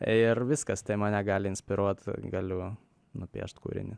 ir viskas tai mane gali inspiruot galiu nupiešt kūrinį